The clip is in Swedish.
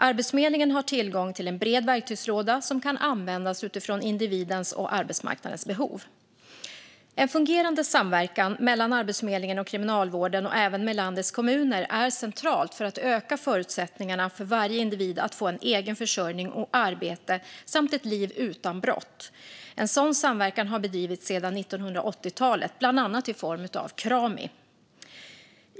Arbetsförmedlingen har tillgång till en bred verktygslåda som kan användas utifrån individens och arbetsmarknadens behov. En fungerande samverkan mellan Arbetsförmedlingen och kriminalvården och även med landets kommuner är centralt för att öka förutsättningarna för varje individ att få egen försörjning och arbete samt ett liv utan brott. En sådan samverkan har bedrivits sedan 1980-talet, bland annat i form av Krami.